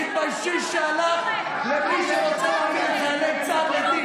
תתביישי שהלכת למי שרוצה להעמיד את חיילי צה"ל לדין.